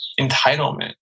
entitlement